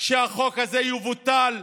שהחוק הזה יבוטל.